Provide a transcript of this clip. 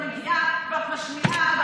את מגיעה ואת משמיעה,